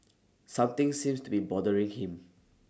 something seems to be bothering him